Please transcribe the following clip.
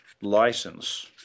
license